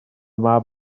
mab